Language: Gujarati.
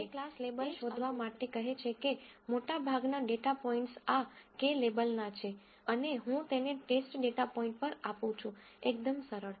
તેથી તે ક્લાસ લેબલ શોધવા માટે કહે છે કે મોટાભાગના ડેટા પોઇન્ટ્સ આ k લેબલના છે અને હું તેને ટેસ્ટ ડેટા પોઇન્ટ પર આપું છું એકદમ સરળ